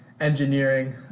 Engineering